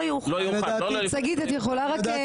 לא יאוחר.